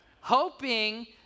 Hoping